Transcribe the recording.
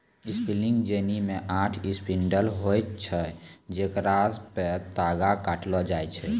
spinning jenny मे आठ spindle होय छलै जेकरा पे तागा काटलो जाय छलै